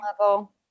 level